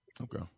Okay